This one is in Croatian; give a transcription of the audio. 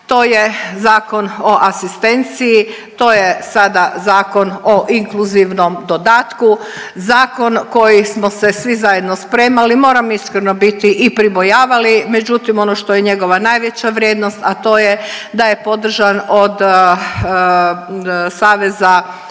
To je Zakon o asistenciji, to je sada Zakon o inkluzivnom dodatku, zakon koji smo se svi zajedno spremali. Moram iskreno biti i pribojavali. Međutim, ono što je njegova najveća vrednost, a to je da je podržan od saveza,